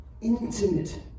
intimate